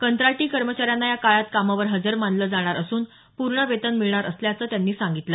कंत्राटी कर्मचाऱ्यांना या काळात कामावर हजर मानलं जाणार असून पूर्ण वेतन मिळणार असल्याचं त्यांनी सांगितलं